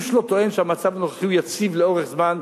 איש לא טוען שהמצב הנוכחי הוא יציב לאורך זמן,